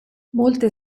molte